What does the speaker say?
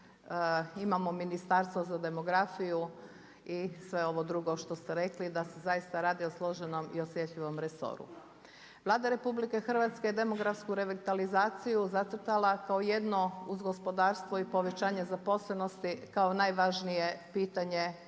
imamo Ministarstvo za demografiju i sve ovo drugo što ste rekli da se zaista o složenom i osjetljivom resoru. Vlada RH je demografsku revitalizaciju zacrtala kao jedno uz gospodarstvo i povećanje zaposlenosti kao najvažnije pitanje